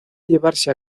llevarse